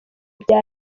bya